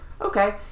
Okay